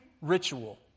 ritual